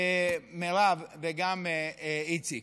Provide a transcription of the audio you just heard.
מירב, וגם איציק.